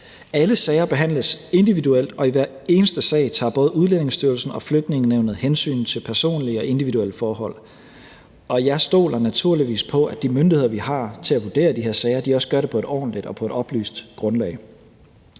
Alle sager behandles individuelt, og i hver eneste sag tager både Udlændingestyrelsen og Flygtningenævnet hensyn til personlige og individuelle forhold, og jeg stoler naturligvis på, at de myndigheder, vi har til at vurdere de her sager, også gør det på et ordentligt og på et oplyst grundlag.